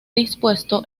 dispuesto